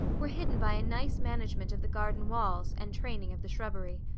were hidden by a nice management of the garden walls, and training of the shrubbery.